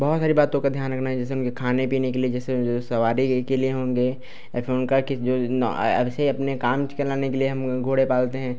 बहुत सारी बातों का ध्यान रखना है जैसे उनके खाने पीने के लिए जैसे सवारी के लिए होंगे ऐसे अपना काम चलाने के लिए हम घोड़े पालते हैं